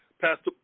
Pastor